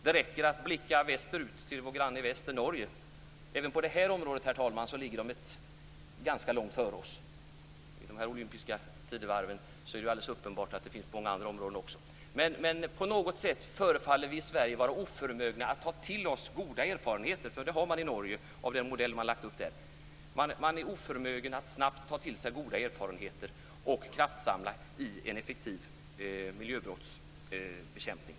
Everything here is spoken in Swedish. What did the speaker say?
Det räcker att blicka västerut till vårt grannland Norge som, herr talman, även på det här området ligger ganska långt före oss - i de här olympiska tidevarven är det uppenbart att de ligger före oss också på många andra områden. På något sätt förefaller vi i Sverige vara oförmögna att ta till oss goda erfarenheter - sådana goda erfarenheter har man nämligen i Norge av den modell man har lagt upp. Vi är här i Sverige oförmögna att snabbt ta till oss goda erfarenheter och kraftsamla i en effektiv miljöbrottsbekämpning.